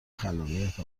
خلاقیت